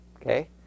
okay